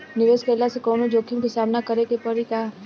निवेश कईला से कौनो जोखिम के सामना करे क परि का?